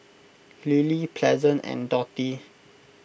Lily Pleasant and Dottie